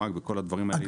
התחמ"ג וכל הדברים האלה.